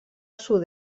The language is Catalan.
sud